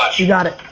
much. you got it.